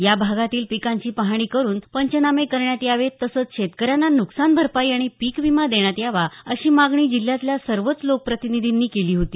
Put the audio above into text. या भागातील पिकांची पाहणी करून पंचनामे करण्यात यावेत तसंच शेतकऱ्यांना न्कसान भरपाई आणि पीक विमा देण्यात यावा अशी मागणी जिल्ह्यातल्या सर्वच लोकप्रतिनिधीनी केली होती